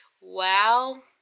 wow